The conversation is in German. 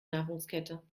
nahrungskette